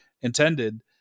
intended